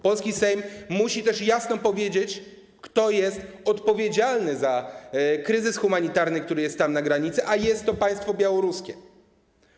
Polski Sejm musi też jasno powiedzieć, kto jest odpowiedzialny za kryzys humanitarny, który jest tam, na granicy, a jest to państwo białoruskie.